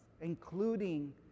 including